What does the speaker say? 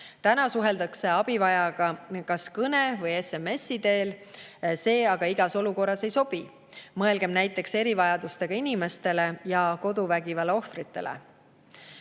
Täna suheldakse abivajajaga kas kõne või SMS‑i teel, see aga igas olukorras ei sobi – mõelgem näiteks erivajadustega inimestele ja koduvägivalla ohvritele.